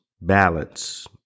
balance